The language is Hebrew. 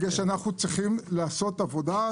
משום שאנחנו צריכים לעשות עבודה,